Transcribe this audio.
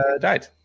died